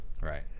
right